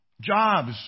Jobs